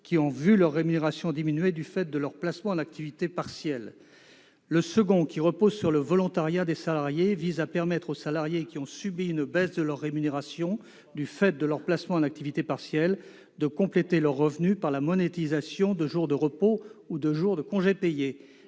qui ont vu leur rémunération diminuer du fait de leur placement en activité partielle. Le second mécanisme, qui repose sur le volontariat des salariés, vise à permettre aux salariés qui ont subi une baisse de leur rémunération du fait de leur placement en activité partielle de compléter leurs revenus par la monétisation de jours de repos ou de jours de congés payés.